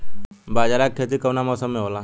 बाजरा के खेती कवना मौसम मे होला?